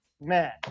man